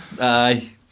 Aye